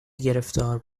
گرفتار